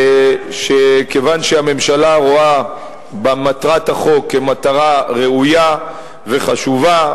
שכיוון שהממשלה רואה במטרת החוק מטרה ראויה וחשובה,